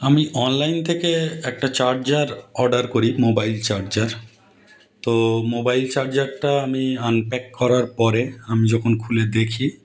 আমি অনলাইন থেকে একটা চার্জার অর্ডার করি মোবাইল চার্জার তো মোবাইল চার্জারটা আমি আনপ্যাক করার পরে আমি যখন খুলে দেখি